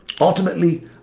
ultimately